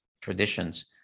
traditions